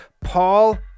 Paul